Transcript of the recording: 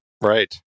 right